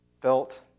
felt